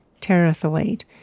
terephthalate